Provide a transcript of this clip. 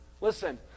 Listen